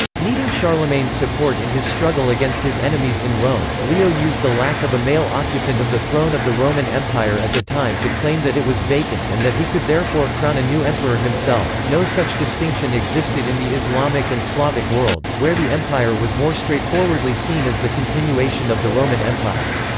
needing charlemagne's support in his struggle against his enemies in rome, leo used the lack of a male occupant of the throne of the roman empire at the time to claim that it was vacant and that he could therefore crown a new emperor himself no such distinction existed in the islamic and slavic worlds, where the empire was more straightforwardly seen as the continuation of the roman empire.